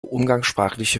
umgangssprachliche